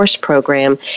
program